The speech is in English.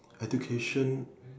education